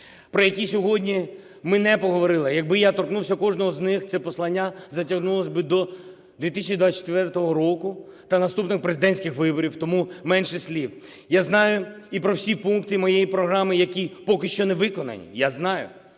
про які сьогодні ми не поговорили. Якби я торкнувся кожного з них, це послання затягнулося б до 2024 року та наступних президентських виборів. Тому – менше слів. Я знаю і про всі пункти моєї програми, які поки що не виконані. Я знаю.